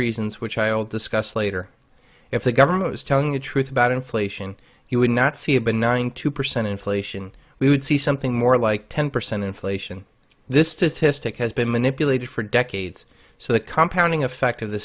reasons which i'll discuss later if the government was telling the truth about inflation he would not see a benign two percent inflation we would see something more like ten percent inflation this statistic has been manipulated for decades so the compound in effect of the